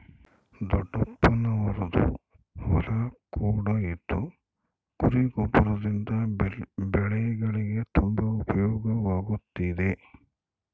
ದೊಡ್ಡಪ್ಪನವರದ್ದು ಹೊಲ ಕೂಡ ಇದ್ದು ಕುರಿಯ ಗೊಬ್ಬರದಿಂದ ಬೆಳೆಗಳಿಗೆ ತುಂಬಾ ಉಪಯೋಗವಾಗುತ್ತಿದೆ